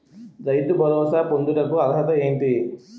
రైతు భరోసా పొందుటకు అర్హత ఏంటి?